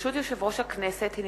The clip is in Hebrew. ברשות יושב-ראש הכנסת,